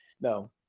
no